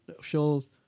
shows